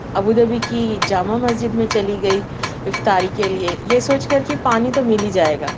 ابو Dhabi کی جامع مسجد میں چلی گئی افطاری کے لئے یہ سوچ کر کہ پانی تو مِل ہی جائے گا